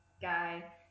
guy